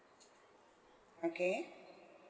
okay